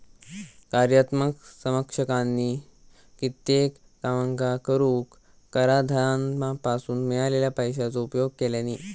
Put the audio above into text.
कार्यात्मक समकक्षानी कित्येक कामांका करूक कराधानासून मिळालेल्या पैशाचो उपयोग केल्यानी